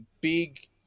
big